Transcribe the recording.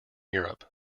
europe